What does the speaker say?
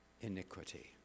iniquity